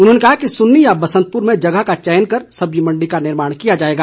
उन्होंने कहा कि सुन्नी या बसंतुपर में जगह का चयन कर सब्जी मंडी का निर्माण किया जाएगा